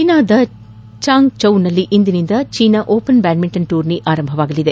ಚೀನಾದ ಚಾಂಗ್ಜೌನಲ್ಲಿ ಇಂದಿನಿಂದ ಚೀನಾ ಓಪನ್ ಬ್ಕಾಡ್ಮಿಂಟನ್ ಟೂರ್ನಿ ಆರಂಭವಾಗಲಿದೆ